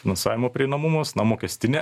finansavimo prieinamumasna mokestinė